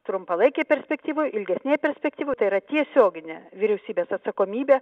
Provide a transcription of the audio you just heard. trumpalaikėj perspektyvoj ilgesnėj perspektyvoj tai yra tiesioginė vyriausybės atsakomybė